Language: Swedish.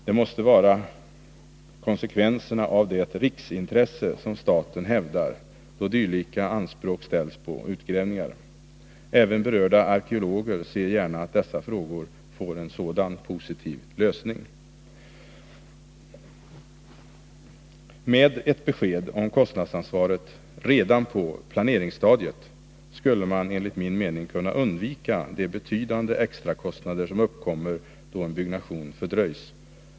Det måste vara konsekvenserna av det riksintresse som staten hävdar då dylika anspråk på utgrävningar ställs. Även berörda arkeologer ser gärna att dessa frågor får en sådan positiv lösning. Med ett besked om kostnadsansvaret redan på planeringsstadiet skulle man enligt min mening kunna undvika de betydande extrakostnader som uppkommer då en byggnation fördröjs.